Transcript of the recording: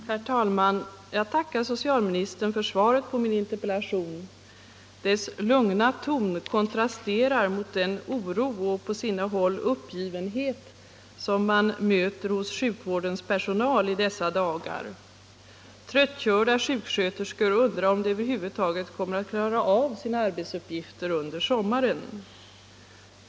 Herr talman! Jag tackar socialministern för svaret på min interpellation. Dess lugna ton kontrasterar mot den oro och på sina håll uppgivenhet 25 som man möter hos sjukvårdens personal i dessa dagar. Tröttkörda sjuksköterskor undrar över om de över huvud taget kommer att klara sina arbetsuppgifter under sommaren.